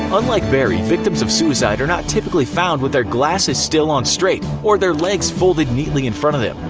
unlike barry, victims of suicide are not typically found with their glasses still on straight or their legs folded neatly in front of them.